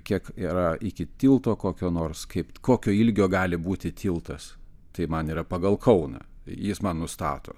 kiek yra iki tilto kokio nors kaip kokio ilgio gali būti tiltas tai man yra pagal kauną jis man nustato